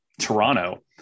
Toronto